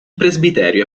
presbiterio